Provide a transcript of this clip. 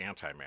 antimatter